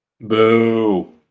Boo